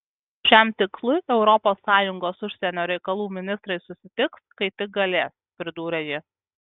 šiam tikslui europos sąjungos užsienio reikalų ministrai susitiks kai tik galės pridūrė ji